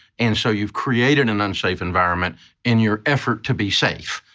and so you've created an unsafe environment in your effort to be safe.